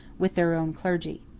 with their own clergy.